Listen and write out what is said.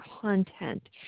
content